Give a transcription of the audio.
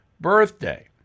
birthday